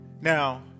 Now